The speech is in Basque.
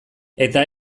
eta